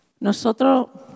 Nosotros